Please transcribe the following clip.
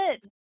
good